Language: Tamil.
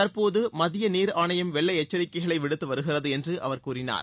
தற்போது மத்திய நீர் ஆணையம் வெள்ள எச்சரிக்கைகளை விடுத்து வருகிறது என்று அவர் கூறினார்